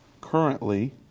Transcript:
currently